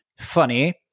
Funny